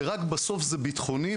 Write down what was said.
ורק בסוף זה ביטחוני,